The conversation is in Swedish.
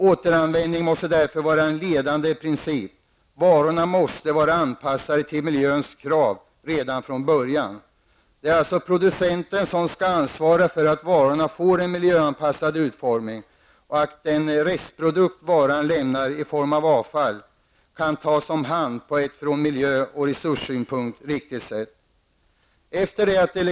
Återanvändning måste därför vara en ledande princip. Varorna måste vara anpassade till miljökraven redan från början. Det är alltså producenten som skall ansvara för att varorna får en miljöanpassad utformning och för att den restprodukt som en vara lämnar i form av avfall kan tas om hand på ett från miljö och resurssynpunkt riktigt sätt.